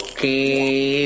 Okay